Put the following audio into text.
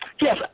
Yes